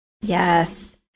Yes